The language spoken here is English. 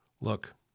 Look